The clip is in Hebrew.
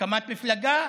הקמת מפלגה,